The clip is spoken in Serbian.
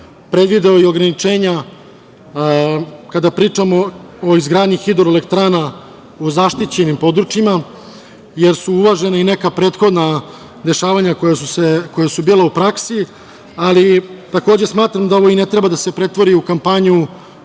predvideo i ograničenja kada pričamo o izgradnji hidroelektrana u zaštićenim područjima, jer su uvažena i neka prethodna dešavanja koja su bila u praksi, ali takođe smatram da ovo i ne treba da se pretvori u kampanju